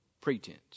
pretense